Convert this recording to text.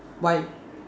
why